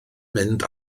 mynd